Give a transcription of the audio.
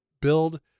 build